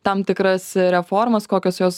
tam tikras reformas kokios jos